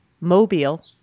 mobile